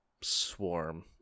swarm